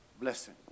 blessing